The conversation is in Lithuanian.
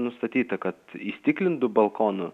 nustatyta kad įstiklintų balkonų